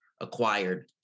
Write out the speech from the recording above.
acquired